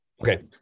okay